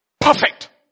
perfect